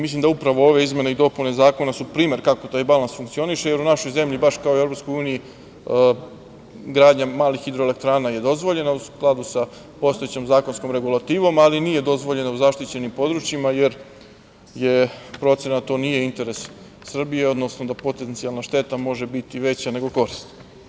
Mislim da upravo ove izmene i dopune zakona, su primer kako taj balans funkcioniše, jer u našoj zemlji baš kao i u Evropskoj uniji gradnja malih hidroelektrana je dozvoljena u skladu sa postojećom zakonskom regulativom, ali nije dozvoljena u zaštićenim područjima, jer je procena da to nije interes Srbije, odnosno da potencijalna šteta može biti veća nego korist.